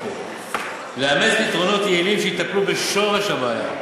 לאמץ פתרונות יעילים שיטפלו בשורש הבעיה.